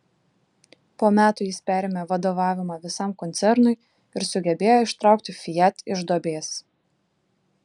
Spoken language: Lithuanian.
po metų jis perėmė vadovavimą visam koncernui ir sugebėjo ištraukti fiat iš duobės